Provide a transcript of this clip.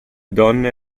donne